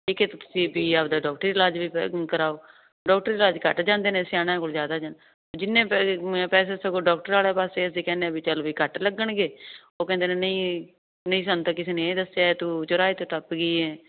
ਠੀਕ ਹੈ ਅਤੇ ਤੁਸੀਂ ਵੀ ਆਪਣਾ ਡਾਕਟਰੀ ਇਲਾਜ ਵੀ ਕਰ ਕਰਵਾਓ ਡਾਕਟਰੀ ਇਲਾਜ ਘੱਟ ਜਾਂਦੇ ਨੇ ਸਿਆਣਿਆਂ ਕੋਲ ਜ਼ਿਆਦਾ ਜਾਣਾ ਜਿੰਨੇ ਪੈਸੇ ਪੈਸੇ ਸਗੋਂ ਡਾਕਟਰ ਵਾਲੇ ਪਾਸੇ ਅਸੀਂ ਕਹਿੰਦੇ ਵੀ ਚੱਲ ਵੀ ਘੱਟ ਲੱਗਣਗੇ ਉਹ ਕਹਿੰਦੇ ਨੇ ਨਹੀਂ ਨਹੀਂ ਸਾਨੂੰ ਤਾਂ ਕਿਸੇ ਨੇ ਇਹ ਦੱਸਿਆ ਤੂੰ ਚੁਰਾਹੇ ਤੋਂ ਟੱਪ ਗਈ ਹੈ